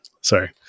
Sorry